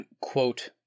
quote